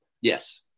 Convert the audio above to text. Yes